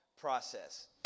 process